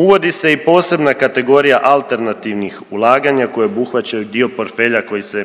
Uvodi se i posebna kategorija alternativnih ulaganja koja obuhvaćaju dio portfelja koja se